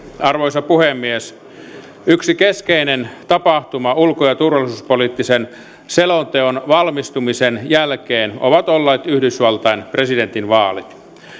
arvoisa puhemies yksi keskeinen tapahtuma ulko ja turvallisuuspoliittisen selonteon valmistumisen jälkeen ovat olleet yhdysvaltain presidentinvaalit